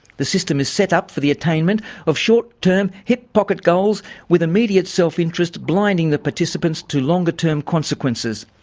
the system is set up for the attainment of short term hip pocket goals with immediate self interest blinding the participants to longer term consequences.